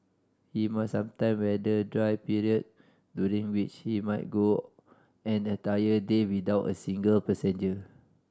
he must sometime weather dry period during which he might go an entire day without a single passenger